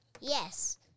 Yes